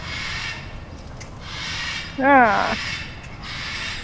आं